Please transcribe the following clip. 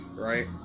right